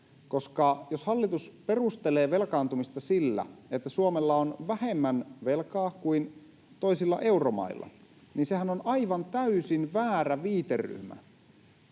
jos hallitus perustelee velkaantumista sillä, että Suomella on vähemmän velkaa kuin toisilla euromailla, niin sehän on aivan täysin väärä viiteryhmä.